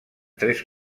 tres